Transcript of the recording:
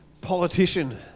politician